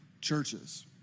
churches